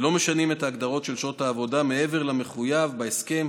ולא משנים את ההגדרות של שעות העבודה מעבר למחויב בהסכם,